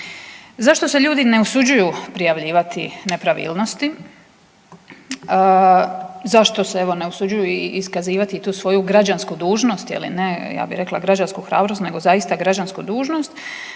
Zašto se ljudi ne usuđuju prijavljivati nepravilnosti? Zašto se, evo, ne usuđuju i iskazivati tu svoju građansku dužnost, je li, ne, ja bih rekla građansku hrabrost nego zaista građansku dužnost.